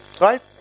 Right